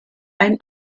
ein